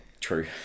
True